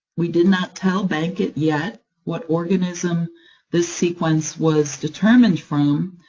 we did not tell bankit yet what organism this sequence was determined from,